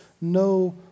no